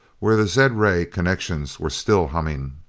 where the zed-ray connections were still humming.